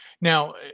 now